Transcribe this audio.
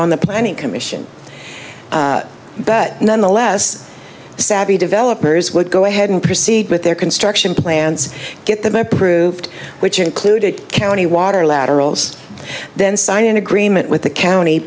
on the planning commission but nonetheless savvy developers would go ahead and proceed with their construction plans get them approved which included county water laterals then sign an agreement with the county